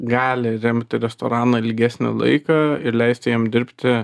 gali remti restoraną ilgesnį laiką ir leisti jiem dirbti